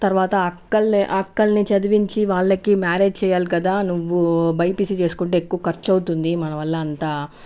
తర్వాత అక్కల్ అక్కలిని చదివించి వాళ్ళకి మ్యారేజ్ చేయాలి కదా నువ్వు బైపిసి చేసుకుంటే ఎక్కువ ఖర్చవుతుంది మనవల్ల అంతా